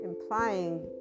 implying